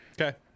okay